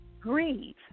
grieve